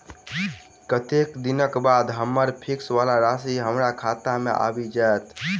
कत्तेक दिनक बाद हम्मर फिक्स वला राशि हमरा खाता मे आबि जैत?